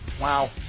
Wow